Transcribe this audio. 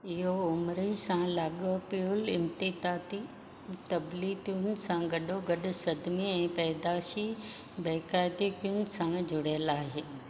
इहो उमिरि सां लागा॒पियलु तबदीलियुनि सां गॾोगॾु सदमे ऐं पैदाइशी बेक़ाइदिगियुनि सां जुड़ियलु आहे